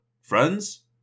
friends